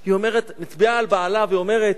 היא מצביעה על בעלה, ואומרת: